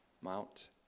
Mount